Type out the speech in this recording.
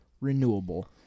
renewable